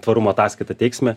tvarumo ataskaitą teiksime